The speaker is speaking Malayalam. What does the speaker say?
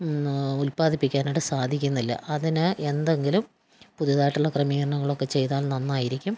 ഉല്പാദിപ്പിക്കാനായിട്ട് സാധിക്കുന്നില്ല അതിന് എന്തെങ്കിലും പുതിയതായിട്ടുള്ള ക്രമീകരണങ്ങളൊക്കെ ചെയ്താൽ നന്നായിരിക്കും